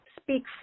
speak